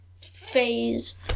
phase